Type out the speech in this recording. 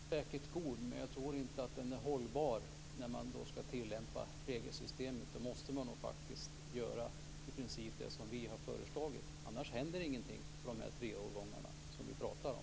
Fru talman! Andemeningen är säkert god, men jag tror inte att den är hållbar när man skall tillämpa regelsystemet. Då måste man nog faktiskt göra i princip det som vi har föreslagit. Annars händer ingenting för de tre årgångar som vi pratar om.